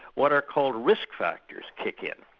what are called risk factors kick in.